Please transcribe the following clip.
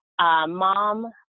mom